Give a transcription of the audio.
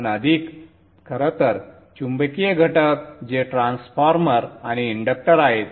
पण अधिक खरं तर चुंबकीय घटक जे ट्रान्सफॉर्मर आणि इंडक्टर आहेत